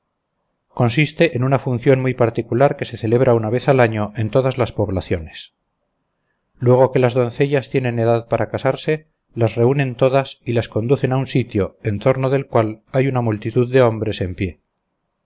consiste en una función muy particular que se celebra una vez al año en todas las poblaciones luego que las doncellas tienen edad para casarse las reúnen todas y las conducen a un sitio en torno del cual hay una multitud de hombres en pie